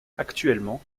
actuellement